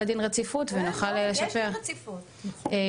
צבי,